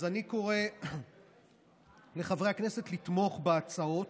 אז אני קורא לחברי הכנסת לתמוך בהצעות.